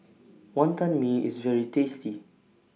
Wantan Mee IS very tasty